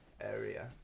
area